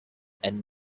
and